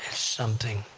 something.